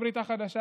בברית החדשה,